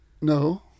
No